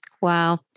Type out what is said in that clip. Wow